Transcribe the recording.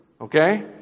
okay